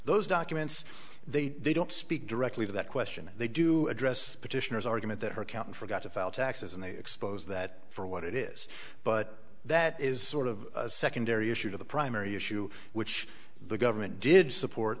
those documents they they don't speak directly to that question and they do address petitioners argument that her account forgot to file taxes and they expose that for what it is but that is sort of a secondary issue to the primary issue which the government did support